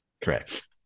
correct